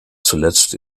zuletzt